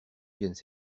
viennent